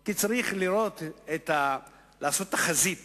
כי צריך לעשות תחזית